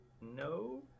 no